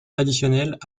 additionnels